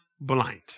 blind